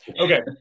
Okay